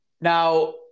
Now